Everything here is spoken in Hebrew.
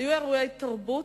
היו אירועי תרבות,